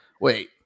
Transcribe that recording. wait